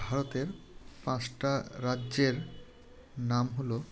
ভারতের পাঁচটা রাজ্যের নাম হলো